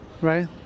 Right